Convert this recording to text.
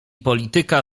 polityka